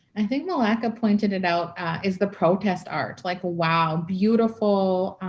i think malaka pointed it out is the protest art. like wow! beautiful,